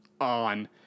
on